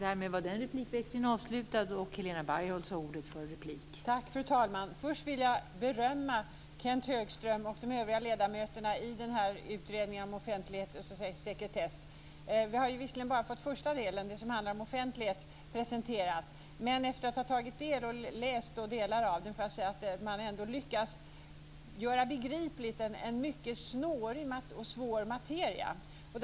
Fru talman! Först vill jag berömma Kenth Högström och de övriga ledamöterna i utredningen om offentlighet och sekretess. Vi har visserligen bara fått den första delen - den som handlar om offentlighet - presenterad, men efter att ha tagit del av och läst delar av detta får jag säga att man har lyckats göra en mycket snårig och svår materia begriplig.